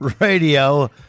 radio